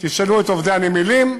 תשאלו את עובדי הנמלים,